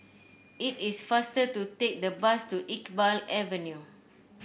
it is faster to take the bus to Iqbal Avenue